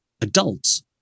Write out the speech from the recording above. adults